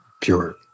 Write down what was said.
pure